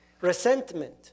resentment